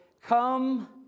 come